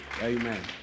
amen